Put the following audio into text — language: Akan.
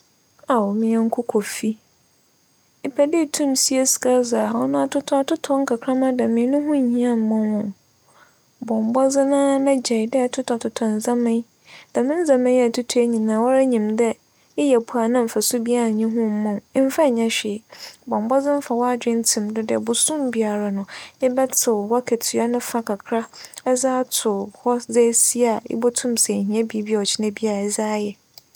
Ao! Me nyɛnko Kofi, epɛ dɛ itum sie sika dze a ͻno atotͻ atotͻ nkakramba dɛm yi no ho nnhia mma wo ho. Bͻ mbͻdzen na gyaa dɛ erototͻ totͻ ndzɛmba yi. Dɛm ndzɛmba yi a etotͻ yi, woara nyim dɛ eyɛ mpo a nna mfaso biara nnyi ho mma wo. Mmfa nnyɛ hwee. Bͻ mbͻdznen fa w'adwen tsim do dɛ, bosoom biara no ebɛtsew w'akatua no fa kakra edze ato hͻ dze esie a ibotum sɛ ihia biribi a ͻkyena bi edze ayɛ.